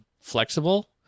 flexible